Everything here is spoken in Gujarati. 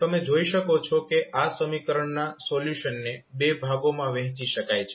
તમે જોઈ શકો છો કે આ સમીકરણના સોલ્યુશનને બે ભાગોમાં વહેંચી શકાય છે